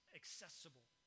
accessible